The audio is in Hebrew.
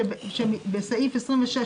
במילים את הנוסחה הזאת.